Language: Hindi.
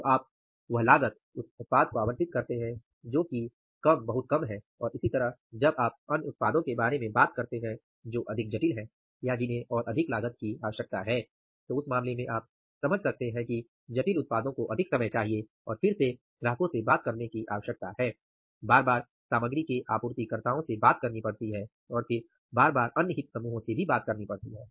तो आप वह लागत उस उत्पाद को आवंटित करते हैं जो की कम बहुत कम है और इसी तरह जब आप अन्य उत्पादों के बारे में बात करते हैं जो अधिक जटिल हैं या जिन्हें और अधिक लागत की आवश्यकता है तो उस मामले में आप समझ सकते हैं कि जटिल उत्पाद को अधिक समय चाहिए और फिर से ग्राहकों से बात करने की आवश्यकता है बार बार सामग्री के आपूर्तिकर्ताओं से बात करनी पड़ती है और फिर बार बार अन्य हित समूहों से भी बात करनी पड़ती है